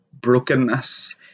brokenness